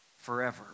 forever